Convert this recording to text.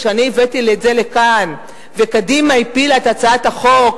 כשאני הבאתי את זה לכאן וקדימה הפילה את הצעת החוק,